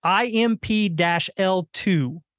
IMP-L2